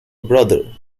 brother